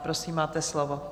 Prosím, máte slovo.